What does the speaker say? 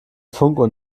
funkuhr